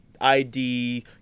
ID